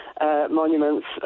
Monuments